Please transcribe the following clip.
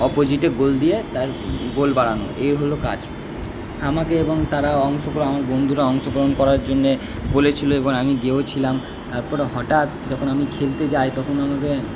অপজিটে goal দিয়ে তার goal বাড়ানো এই হলো কাজ আমাকে এবং তারা অংশগ্রহণ আমার বন্ধুরা অংশগ্রহণ করার জন্যে বলেছিলো এবং আমি গিয়েওছিলাম তারপরে হঠাৎ যখন আমি খেলতে যাই তখন আমাদের